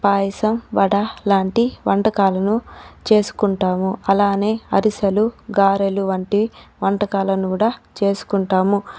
పాయసం వడ లాంటి వంటకాలను చేసుకుంటాము అలానే అరిసెలు గారెలు వంటి వంటకాలను కూడా చేసుకుంటాము